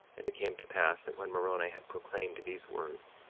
and it came to pass that when moroni had proclaimed these words,